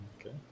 Okay